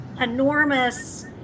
enormous